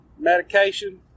medication